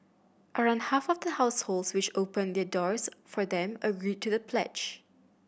around half of the households which opened their doors for them agreed to the pledge